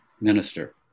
minister